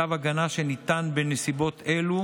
צו הגנה שניתן בנסיבות אלו